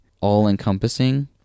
all-encompassing